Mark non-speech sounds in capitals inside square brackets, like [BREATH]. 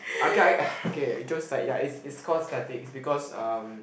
okay I okay it [BREATH] ya it cause static because um